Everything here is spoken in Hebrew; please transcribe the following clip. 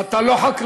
אבל אתה לא חקלאי,